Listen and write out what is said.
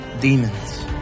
demons